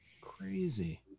Crazy